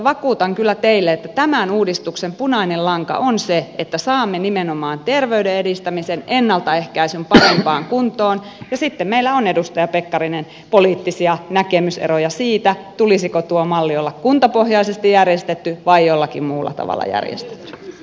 vakuutan kyllä teille että tämän uudistuksen punainen lanka on se että saamme nimenomaan terveyden edistämisen ennaltaehkäisyn parempaan kuntoon ja sitten meillä on edustaja pekkarinen poliittisia näkemyseroja siitä tulisiko tuon mallin olla kuntapohjaisesti järjestetty vai jollakin muulla tavalla järjestetty